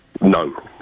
No